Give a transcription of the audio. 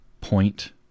point